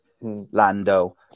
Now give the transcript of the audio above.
Lando